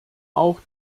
auch